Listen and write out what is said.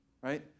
right